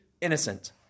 innocent